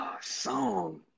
song